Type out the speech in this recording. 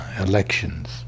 elections